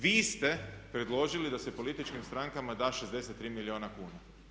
Vi ste predložili da se političkim strankama da 63 milijuna kuna.